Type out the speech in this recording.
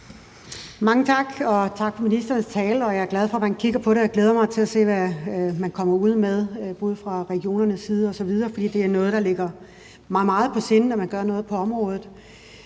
Mange tak, og tak for ministerens tale. Jeg er glad for, at man kigger på det, og jeg glæder mig til at se, hvad man kommer med af bud fra regionernes side osv., for det ligger mig meget på sinde, at man gør noget på området.